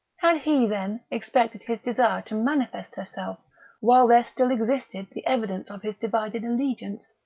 had he, then, expected his desire to manifest herself while there still existed the evidence of his divided allegiance?